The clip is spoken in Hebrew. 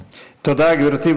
תודה, גברתי.